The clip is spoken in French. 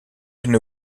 une